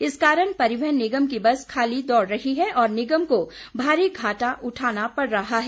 इस कारण परिवहन निगम की बस खाली दौड़ रही है और निगम को भारी घाटा उठाना पड़ रहा है